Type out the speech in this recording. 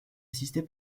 assisté